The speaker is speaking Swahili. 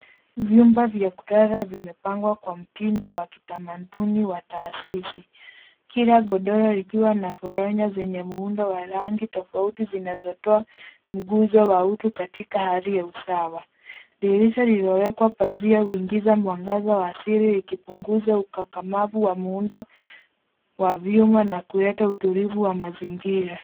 Vyumba vya kulala vimepangwa kwa mtindo wa kitamaduni wa kitaasisi, kila godoro likiwa na foronya zenye muundo wa rangi tofauti zinazotoa nguzo wa utu katika hali ya usawa. Dirisha lililowekwa pazia huingiza mwangaza wa asili likipunguza ukakamavu wa muundo wa vyuma na kuleta utulivu wa mazingira.